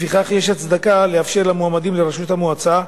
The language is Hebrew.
לפיכך, יש הצדקה לאפשר למועמדים לראשות המועצה,